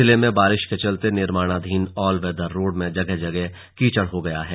जिले में बारिश के चलते निर्माणाधीन ऑल वेदर रोड में जगह जगह कीचड़ हो गया है